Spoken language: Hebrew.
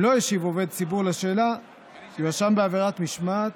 אם לא השיב עובד הציבור על השאלה יואשם בעבירת משמעת,